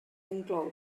inclou